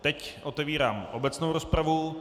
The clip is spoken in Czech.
Teď otevírám obecnou rozpravu.